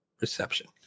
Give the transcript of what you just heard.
reception